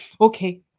okay